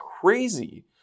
crazy